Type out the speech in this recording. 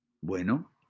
Bueno